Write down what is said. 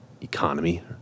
economy